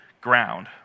ground